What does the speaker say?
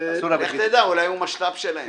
לך תדע, אולי הוא משת"פ שלהם.